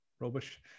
rubbish